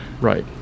Right